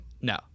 No